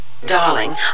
Darling